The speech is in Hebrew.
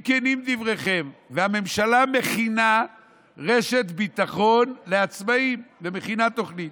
והממשלה מכינה רשת ביטחון לעצמאים ומכינה תוכנית,